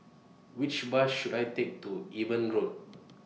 Which Bus should I Take to Eben Road